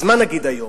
אז מה נגיד היום?